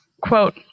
quote